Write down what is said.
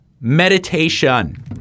Meditation